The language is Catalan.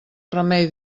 remei